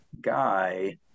guy